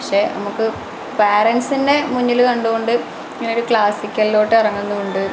പക്ഷേ നമുക്ക് പാരന്റ്സിനെ മുന്നില് കണ്ടുകൊണ്ട് ഇങ്ങനെ ഒരു ക്ലാസിക്കലിലോട്ട് ഇറങ്ങുന്നതുകൊണ്ട്